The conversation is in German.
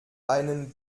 einen